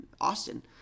Austin